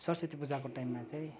सरस्वती पूजाको टाइममा चाहिँ